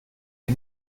die